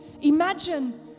Imagine